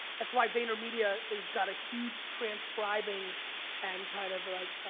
that's why vaynermedia is got a huge transcribing and kind of like,